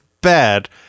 bad